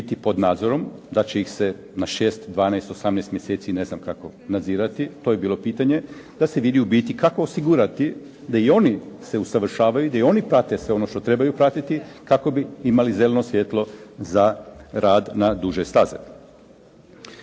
da će ih se na 6, 12, 18 mjeseci ne znam kako nadzirati, to je bilo pitanje, da se vidi u biti kako osigurati da i oni se usavršavaju, da i oni prate sve ono što trebaju pratiti kako bi imali zeleno svjetlo za rad na duže staze.